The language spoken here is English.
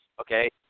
okay